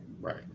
right